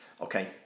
Okay